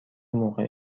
موقع